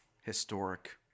historic